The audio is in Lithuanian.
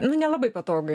nu nelabai patogiai